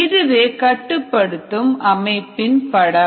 இதுவே கட்டுப்படுத்தும் அமைப்பு படம்